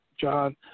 John